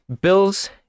Bills